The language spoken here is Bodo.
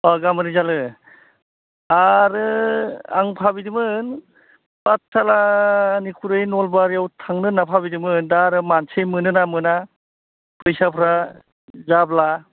अह गामोन जानो दा आरो आं भाबिदोंमोन पाठसालानिख्रुइ नलबारिआव थांनो होन्ना भाबिदोंमोन दा आरो मानसि मोनोना मोना फैसाफ्रा जाब्ला